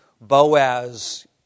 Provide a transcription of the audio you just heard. Boaz